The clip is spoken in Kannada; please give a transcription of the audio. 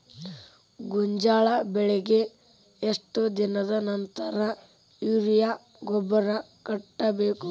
ಗೋಂಜಾಳ ಬೆಳೆಗೆ ಎಷ್ಟ್ ದಿನದ ನಂತರ ಯೂರಿಯಾ ಗೊಬ್ಬರ ಕಟ್ಟಬೇಕ?